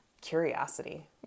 curiosity